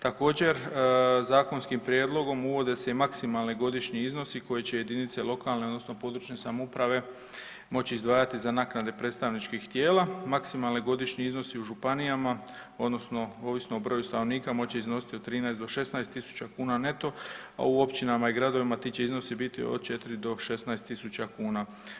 Također zakonskim prijedlogom uvode se i maksimalni godišnji iznosi koje će jedinice lokalne odnosno područne samouprave moći izdvajati za naknade predstavničkih tijela, maksimalni godišnji iznosi u županijama odnosno ovisno o broju stanovnika moći će iznositi od 13 do 16.000 kuna neto, a u općinama i gradovima ti će iznosi biti od 4 do 16.000 kuna.